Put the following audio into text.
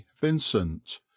Vincent